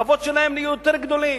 החובות שלהן נהיו יותר גדולים,